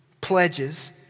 pledges